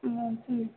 chocolate